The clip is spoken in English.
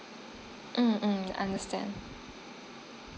mm mm understand